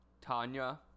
Tanya